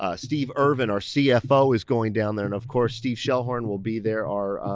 ah steve irvin, our cfo, is going down there, and of course steve schoellhorn will be there our